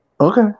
Okay